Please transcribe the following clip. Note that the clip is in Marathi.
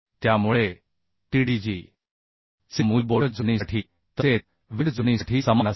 त्यामुळे Tdgचे मूल्य बोल्ट जोडणीसाठी तसेच वेल्ड जोडणीसाठी समान असेल